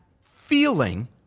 feeling